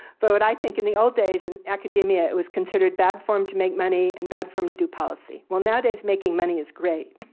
but what i think, in the old days in academia it was considered bad form to make money, and bad from to do policy. nowadays, making money is great,